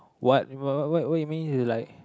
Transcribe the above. what what what what what you mean this is like